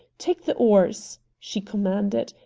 take the oars, she commanded,